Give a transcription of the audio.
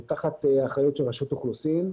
הוא תחת אחריות של רשות אוכלוסין.